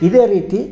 ಇದೇ ರೀತಿ